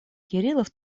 кириллов